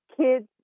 kids